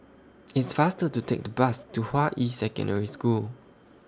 It's faster to Take The Bus to Hua Yi Secondary School